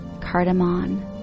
cardamom